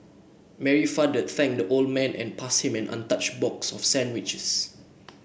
Mary father thanked the old man and passed him an untouched box of sandwiches